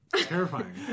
Terrifying